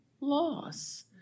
loss